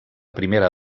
primera